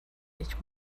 ich